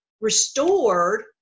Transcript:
restored